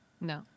No